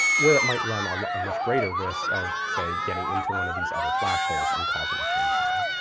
where it might run a much greater risk of, say, getting into one of these other flash holes and causing a chain fire.